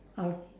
I'll